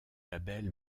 label